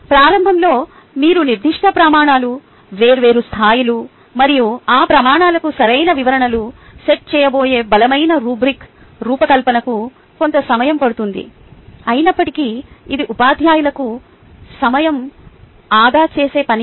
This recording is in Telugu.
ప్రారంభంలో మీరు నిర్దిష్ట ప్రమాణాలు వేర్వేరు స్థాయిలు మరియు ఆ ప్రమాణాలకు సరైన వివరణను సెట్ చేయబోయే బలమైన రుబ్రిక్ రూపకల్పనకు కొంత సమయం పడుతుంది అయినప్పటికీ ఇది ఉపాధ్యాయులకు సమయం ఆదా చేసే పని